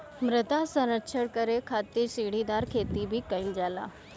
मृदा संरक्षण करे खातिर सीढ़ीदार खेती भी कईल जाला